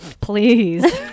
Please